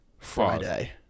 Friday